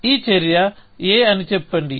ఈ చర్య a అని చెప్పండి